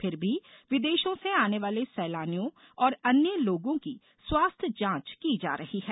फिर भी विदेशों से आने वाले सैलानियों और अन्य लोगों की स्वास्थ्य जांच की जा रही है